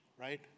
right